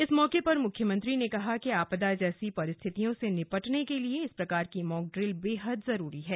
इस मौके पर मुख्यमंत्री ने कहा कि आपदा जैसी परिस्थितियों से निपटने के लिए इस प्रकार की मॉकड्रिल बेहद जरूरी है